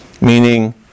Meaning